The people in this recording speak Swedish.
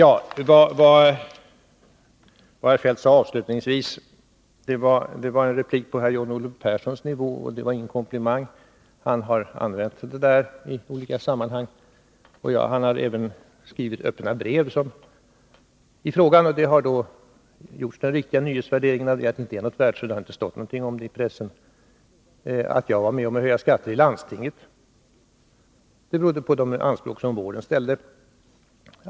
Vad herr Feldt sade avslutningsvis var en replik på herr John-Olle Perssons nivå — detta är ingen komplimang. John-Olle Persson har använt det där i olika sammanhang och även skrivit öppna brev i frågan. Då har den riktiga nyhetsvärderingen gjorts att nyheten saknat värde, så det har inte stått någonting om detta i pressen. Att jag var med om att höja skatter i landstinget berodde på de anspråk som vården ställde.